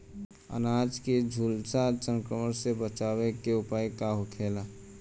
अनार के झुलसा संक्रमण से बचावे के उपाय का होखेला?